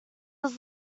was